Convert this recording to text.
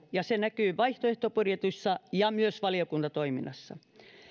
ja se näkyy vaihtoehtobudjetissa ja myös valiokuntatoiminnassa